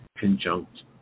conjunct